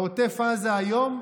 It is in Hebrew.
בעוטף עזה היום,